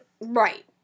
Right